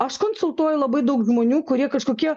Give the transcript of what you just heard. aš konsultuoju labai daug žmonių kurie kažkokie